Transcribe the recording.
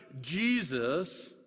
Jesus